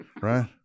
Right